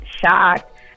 shocked